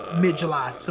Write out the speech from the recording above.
mid-July